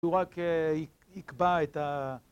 הוא רק יקבע את ה...